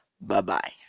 Bye-bye